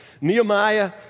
Nehemiah